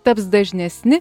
taps dažnesni